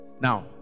Now